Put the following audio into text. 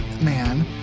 man